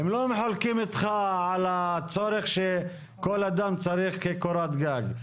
הם לא חולקים איתך על הצורך שכל אדם צריך קורת גג.